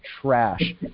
trash